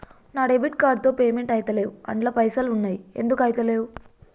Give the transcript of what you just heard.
నా debit card తో payment ఐతలేవ్ అండ్ల పైసల్ ఉన్నయి ఎందుకు ఐతలేవ్?